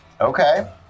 Okay